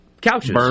couches